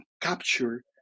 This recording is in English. capture